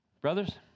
Brothers